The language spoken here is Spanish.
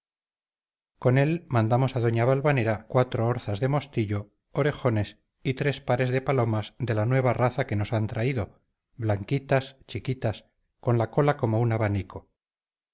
con él mandamos a doña valvanera cuatro orzas de mostillo orejones y tres pares de palomas de la nueva raza que nos an traído blanquitas chiquitas con la cola como un abanico